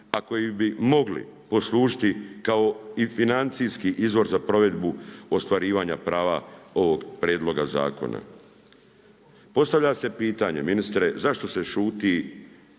a koji bi mogli poslužiti kao i financijski izvor za provedbu ostvarivanja prava ovog prijedloga zakona. Postavlja se pitanje ministre zašto se šuti